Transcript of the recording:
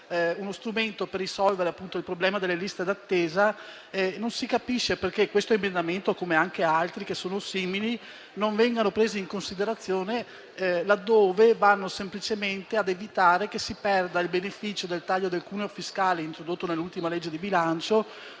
uno strumento per risolvere il problema delle liste d'attesa, non si capisce perché questo emendamento, come anche altri simili, non vengano presi in considerazione, dal momento che essi vanno semplicemente ad evitare che si perda il beneficio del taglio del cuneo fiscale introdotto nell'ultima legge di bilancio,